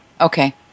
Okay